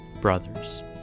brothers